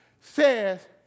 says